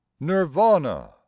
Nirvana